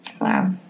Wow